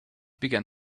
began